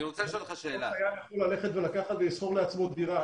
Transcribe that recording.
כל חייל יכול לשכור לעצמו דירה.